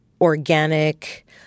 organic